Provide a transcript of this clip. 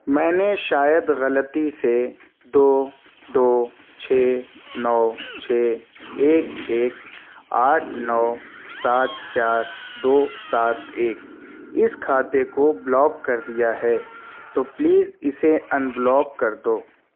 میں نے شاید غلطی سے دو دو چھ نو چھ ایک ایک آٹھ نو سات چار دو سات ایک اس کھاتے کو بلاک کر دیا ہے تو پلیز اسے ان بلاک کر دو